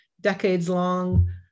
decades-long